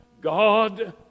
God